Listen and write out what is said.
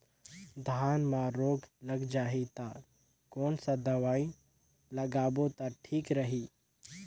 धान म रोग लग जाही ता कोन सा दवाई लगाबो ता ठीक रही?